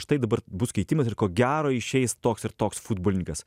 štai dabar bus keitimas ir ko gero išeis toks ir toks futbolininkas